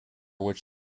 which